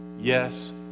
Yes